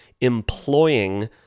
employing